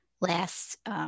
last